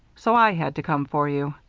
so i had to come for you.